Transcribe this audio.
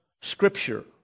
Scripture